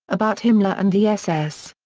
about himmler and the ss.